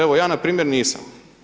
Evo ja npr. nisam.